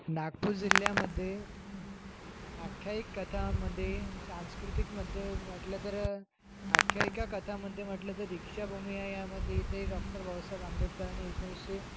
नागपूर जिल्ह्यामध्ये आख्यायिक कथामध्ये सांस्कृतिकमध्ये म्हटलं तर आख्यायिका कथामध्ये म्हटलं तर दीक्षाभूमी आहे यामध्ये इथे डॉक्टर बाबासाहेब आंबेडकरांनी एकोणीसशे